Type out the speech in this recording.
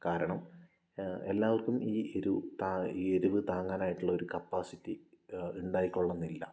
കാരണം എല്ലാവർക്കും ഈ എരിവ് താങ്ങാനായിട്ടുള്ളൊരു കപ്പാസിറ്റി ഉണ്ടായിക്കൊള്ളണമെന്നില്ല